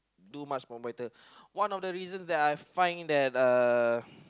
do much more better one of the reasons that I find that uh